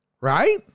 right